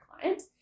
client